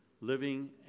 living